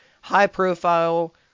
high-profile